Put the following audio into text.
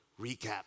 Recap